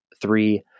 three